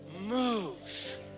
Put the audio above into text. moves